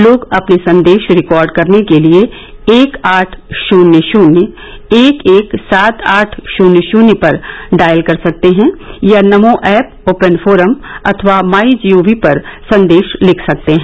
लोग अपने संदेश रिकॉर्ड करने के लिए एक आठ शून्य शून्य एक एक सात आठ शून्य शून्य पर डॉयल कर सकते हैं या नमो ऐप ओपन फोरम अथवा माई जी ओ वी पर संदेश लिख सकते हैं